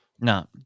no